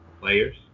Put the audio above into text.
players